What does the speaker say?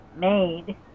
made